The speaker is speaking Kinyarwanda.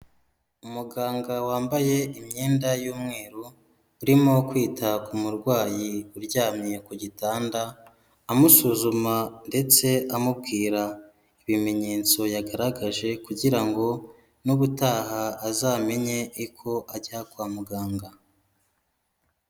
Umuganga wambaye imyenda y'umweru arimo kwita ku murwayi uryamye ku gitanda amusuzuma ndetse amubwira ibimenyetso yagaragaje kugira ngo n'ubutaha azamenye ko ajya kwa muganga.